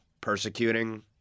persecuting